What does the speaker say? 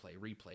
replay